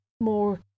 more